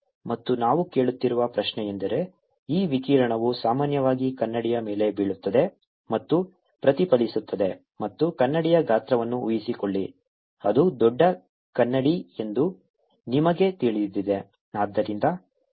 ಮತ್ತು ನಾವು ಕೇಳುತ್ತಿರುವ ಪ್ರಶ್ನೆಯೆಂದರೆ ಈ ವಿಕಿರಣವು ಸಾಮಾನ್ಯವಾಗಿ ಕನ್ನಡಿಯ ಮೇಲೆ ಬೀಳುತ್ತದೆ ಮತ್ತು ಪ್ರತಿಫಲಿಸುತ್ತದೆ ಮತ್ತು ಕನ್ನಡಿಯ ಗಾತ್ರವನ್ನು ಊಹಿಸಿಕೊಳ್ಳಿ ಅದು ದೊಡ್ಡ ಕನ್ನಡಿ ಎಂದು ನಿಮಗೆ ತಿಳಿದಿದೆ ಆದ್ದರಿಂದ 0